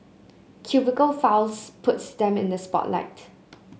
cubicle files puts them in the spotlight